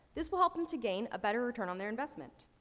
this will help them to gain a better return on their investment.